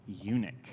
eunuch